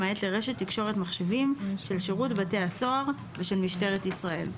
למעט לרשת תקשורת מחשבים של שירות בתי הסוהר ושל משטרת ישראל.